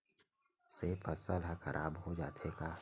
से फसल ह खराब हो जाथे का?